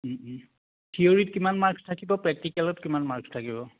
থিয়ৰীত কিমান মাৰ্কছ্ থাকিব প্ৰেক্টিকেলত কিমান মাৰ্কছ্ থাকিব